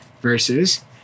versus